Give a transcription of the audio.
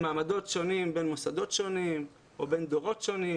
מעמדות שונים בין מוסדות שונים או בין דורות שונים,